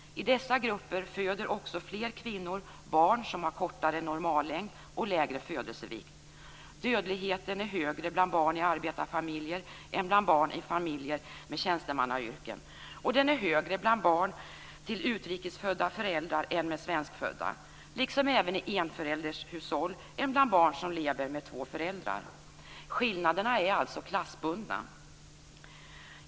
I dessa grupper föder också fler kvinnor barn som är kortare än normallängd och har lägre födelsevikt. Dödligheten är högre bland barn i arbetarfamiljer än bland barn i familjer med tjänstemannayrken. Den är också högre bland barn till utrikesfödda föräldrar än bland barn till svenskfödda, liksom den är högre i enföräldershushåll än bland barn som lever med två föräldrar. Skillnaderna är alltså klassbundna.